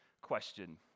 question